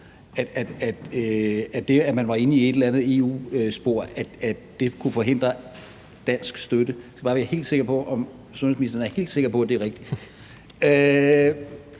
et eller andet EU-spor, kunne forhindre dansk støtte? Jeg skal bare være helt sikker på, at sundhedsministeren er helt sikker på, at det er rigtigt.